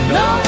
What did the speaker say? no